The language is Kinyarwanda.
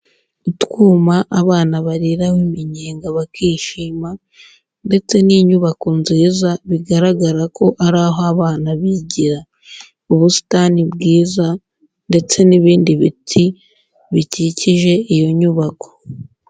Utwuma abana bariraho iminyenga bakishima ndetse n'inyubako nziza, bigaragara ko ari aho abana bigira, ubusitani bwiza ndetse n'ibindi biti bikikije iyo nyubako.